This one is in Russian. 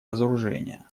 разоружения